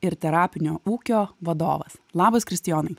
ir terapinio ūkio vadovas labas kristijonai